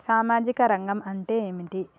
సామాజిక రంగం అంటే ఏమిటి?